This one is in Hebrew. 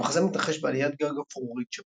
המחזה מתרחש בעליית גג אפרורית שבה